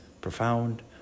profound